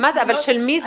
אבל של מי זה?